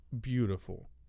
beautiful